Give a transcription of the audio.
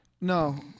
No